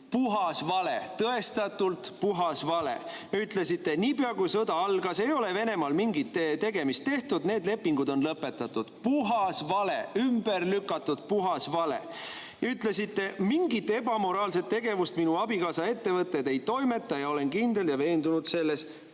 Puhas vale, tõestatult puhas vale! Ütlesite: niipea kui sõda algas, ei ole Venemaal mingit tegemist tehtud, need lepingud on lõpetatud. Puhas vale, ümberlükatud puhas vale! Ütlesite: mingit ebamoraalset tegevust minu abikaasa ettevõtted ei toimeta ja olen kindel ja veendunud selles.